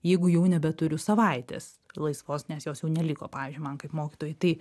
jeigu jau nebeturiu savaitės laisvos nes jos jau neliko pavyzdžiui man kaip mokytojui tai